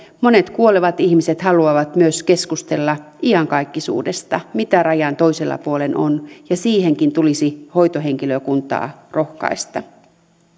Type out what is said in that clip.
monet kuolevat ihmiset haluavat myös keskustella iankaikkisuudesta mitä rajan toisella puolen on ja siihenkin tulisi hoitohenkilökuntaa rohkaista